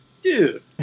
dude